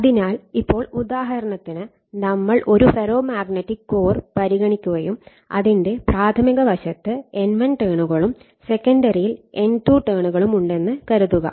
അതിനാൽ ഇപ്പോൾ ഉദാഹരണത്തിന് നമ്മൾ ഒരു ഫെറോ മാഗ്നറ്റിക് കോർ പരിഗണിക്കുകയും അതിന്റെ പ്രാഥമിക വശത്ത് N1 ടേണുകളും സെക്കന്ഡറിയിൽ N2 എണ്ണം ടേണുകളും ഉണ്ടെന്ന് കരുതുക